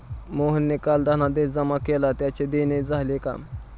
मोहनने काल धनादेश जमा केला त्याचे देणे झाले का?